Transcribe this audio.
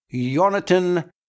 jonathan